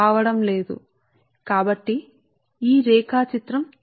కాబట్టి ఈ రేఖాచిత్రం తప్పు